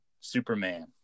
superman